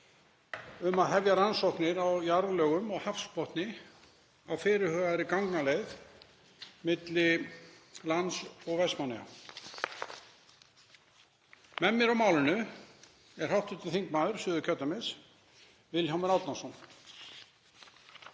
um að hefja rannsóknir á jarðlögum á hafsbotni á fyrirhugaðri gangaleið milli lands og Vestmannaeyja. Með mér á málinu er hv. þingmaður Suðurkjördæmis, Vilhjálmur Árnason.